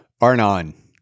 Arnon